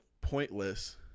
pointless